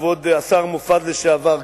כבוד השר לשעבר מופז,